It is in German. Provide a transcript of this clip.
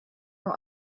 nur